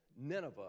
Nineveh